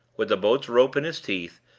with the boat's rope in his teeth,